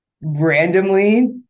randomly